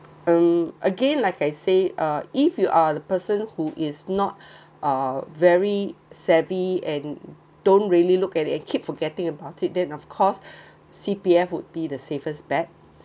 um again like I say uh if you are the person who is not uh very savvy and don't really look at it and keep forgetting about it then of course C_P_F would be the safest bet